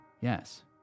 yes